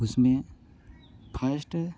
उसमे फस्ट